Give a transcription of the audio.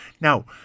Now